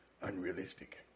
unrealistic